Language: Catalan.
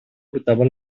portava